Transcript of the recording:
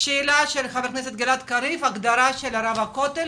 לשאלתו של חבר הכנסת קריב על הגדרת רב הכותל,